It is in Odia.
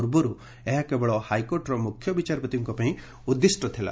ପୂର୍ବର୍ ଏହା କେବଳ ହାଇକୋର୍ଟ୍ର ମ୍ରଖ୍ୟ ବିଚାରପତିଙ୍କ ପାଇଁ ଉଦ୍ଦିଷ୍ଟ ଥିଲା